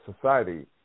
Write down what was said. society